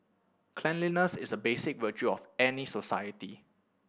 cleanliness is a basic virtue of any society